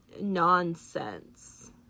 nonsense